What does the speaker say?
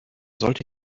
sollte